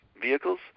vehicles